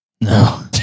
No